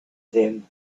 them